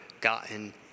gotten